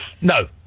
No